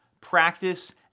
practice